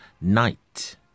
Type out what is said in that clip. night